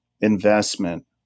investment